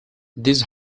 these